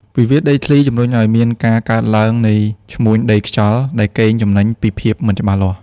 វិវាទដីធ្លីជំរុញឱ្យមានការកើតឡើងនៃឈ្មួញដីខ្យល់ ដែលកេងចំណេញពីភាពមិនច្បាស់លាស់។